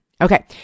Okay